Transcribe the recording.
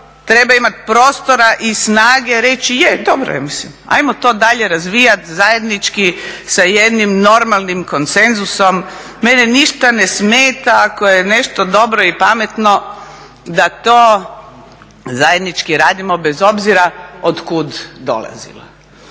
treba imati prostora i snage reći, je, dobro je, ajmo to dalje razvijati zajednički sa jednim normalnim konsenzusom, mene ništa ne smeta ako je nešto dobro i pametno da to zajednički radimo bez obzira od kud dolazilo.